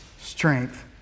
strength